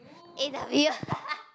is the beer